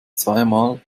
zweimal